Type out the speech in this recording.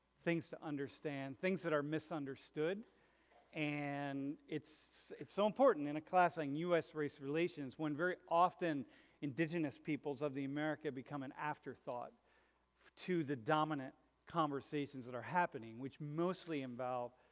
things to understand things that are misunderstood and it's it's so important in a class on us race relations when very often indigenous peoples of the america become an after thought to the dominant conversations that are happening which mostly involve